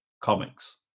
comics